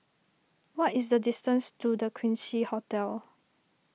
what is the distance to the Quincy Hotel